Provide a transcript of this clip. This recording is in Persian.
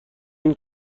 این